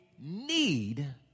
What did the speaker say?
need